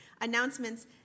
announcements